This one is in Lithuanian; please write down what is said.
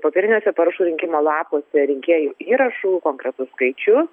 popieriniuose parašų rinkimo lapuose rinkėjų įrašų konkretų skaičių